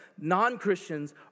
Non-Christians